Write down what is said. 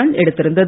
run எடுத்திருந்தது